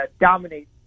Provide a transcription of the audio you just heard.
dominate